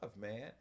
man